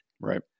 Right